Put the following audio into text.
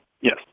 yes